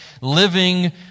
living